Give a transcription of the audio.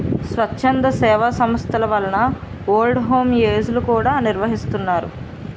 స్వచ్ఛంద సేవా సంస్థల వలన ఓల్డ్ హోమ్ ఏజ్ లు కూడా నిర్వహిస్తున్నారు